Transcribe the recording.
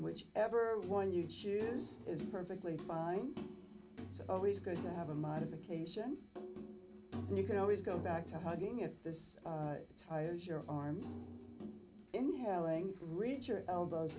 which ever one you choose is perfectly fine it's always good to have a modification you can always go back to hugging at this time as your arms inhaling richer elbows